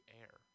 air